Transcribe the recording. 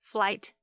Flight